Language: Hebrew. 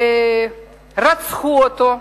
רצחו אותו,